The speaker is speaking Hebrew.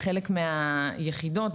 בחלק מהיחידות,